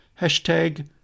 hashtag